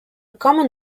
common